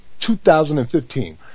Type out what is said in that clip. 2015